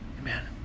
Amen